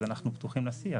אז אנחנו פתוחים לשיח,